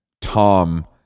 Tom